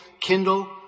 kindle